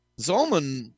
Zolman